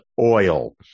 oil